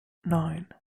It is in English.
nine